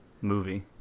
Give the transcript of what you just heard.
movie